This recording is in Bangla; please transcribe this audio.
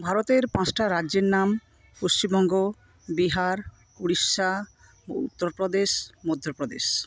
ভারতের পাঁচটা রাজ্যের নাম পশ্চিমবঙ্গ বিহার উড়িষ্যা উত্তরপ্রদেশ মধ্যপ্রদেশ